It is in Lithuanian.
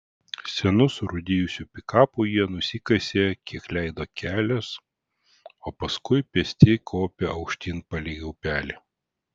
senu surūdijusiu pikapu jie nusikasė kiek leido kelias o paskui pėsti kopė aukštyn palei upelį